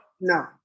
No